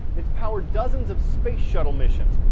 it's powered dozens of space shuttle missions.